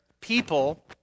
people